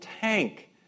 tank